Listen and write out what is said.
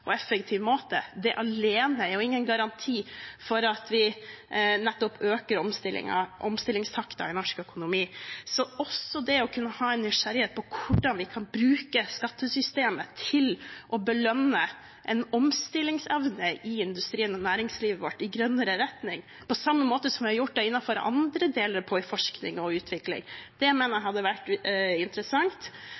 effektiv måte. Det alene er jo ingen garanti for at vi nettopp øker omstillingstakten i norsk økonomi. Så også det å kunne ha en nysgjerrighet når det gjelder hvordan vi kan bruke skattesystemet til å belønne en omstillingsevne i industrien vår og næringslivet vårt i grønnere retning, på samme måte som vi har gjort det innenfor andre deler innen forskning og utvikling, mener jeg